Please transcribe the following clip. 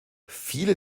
viele